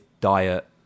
diet